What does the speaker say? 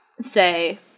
say